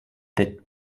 that